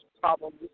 problems